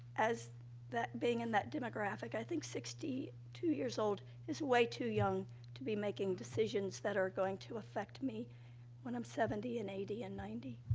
as that being in that demographic, i think sixty two years old is way too young to be making decisions that are going to affect me when i'm seventy and eighty and ninety.